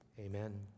amen